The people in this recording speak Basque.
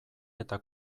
eta